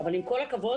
אבל עם כל הכבוד,